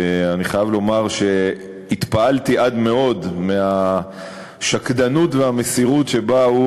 שאני חייב לומר שהתפעלתי עד מאוד מהשקדנות והמסירות שבהן